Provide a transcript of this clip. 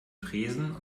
tresen